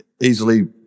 easily